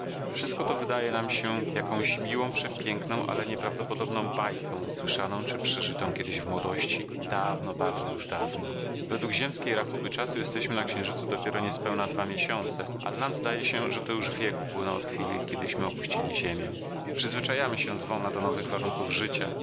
wszystko to wydaje nam się jakąś miłą przepiękną ale nieprawdopodobną bajką słyszaną czy przeżytą kiedyś w młodości dawno bardzo już dawno według ziemskiej rachuby czasu jesteśmy na księżycu dopiero niespełna dwa miesiące ale nam zdaje się że to już wiek upłynął od chwili kiedyśmy opuścili ziemię przyzwyczajamy się zwolna do nowych warunków życia